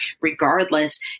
regardless